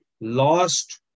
lost